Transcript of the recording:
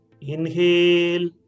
Inhale